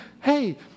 hey